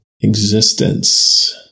existence